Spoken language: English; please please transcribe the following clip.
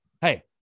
Hey